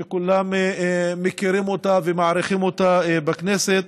שכולם מכירים אותה ומעריכים אותה בכנסת.